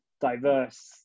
diverse